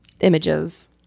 images